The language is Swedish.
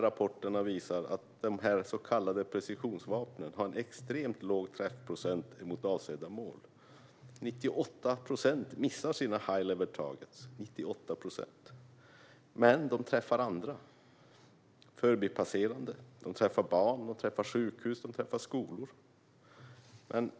Rapporten visar att dessa så kallade precisionsvapen har en extremt låg träffprocent i fråga om avsedda mål. 98 procent missar sina high level targets. Men de träffar andra, förbipasserande. De träffar barn. De träffar sjukhus. De träffar skolor.